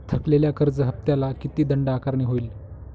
थकलेल्या कर्ज हफ्त्याला किती दंड आकारणी होईल?